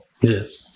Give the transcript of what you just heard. Yes